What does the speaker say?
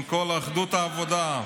עם כל אחדות העבודה.